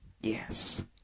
Yes